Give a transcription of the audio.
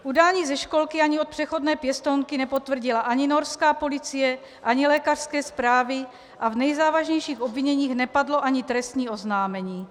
Udání ze školky ani od přechodné pěstounky nepotvrdila ani norská policie ani lékařské zprávy a v nejzávažnějších obviněních nepadlo ani trestní oznámení.